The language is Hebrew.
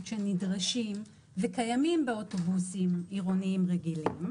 שנדרשים וקיימים באוטובוסים עירוניים רגילים.